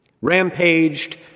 rampaged